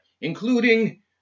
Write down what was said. including